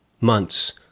months